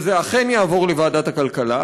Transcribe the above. שזה אכן יעבור לוועדת הכלכלה,